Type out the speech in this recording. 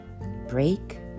Break